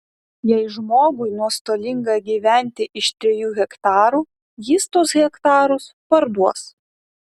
jei žmogui nuostolinga gyventi iš trijų hektarų jis tuos hektarus parduos